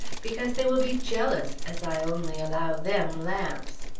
because they will be jealous, as i only allow them lamps.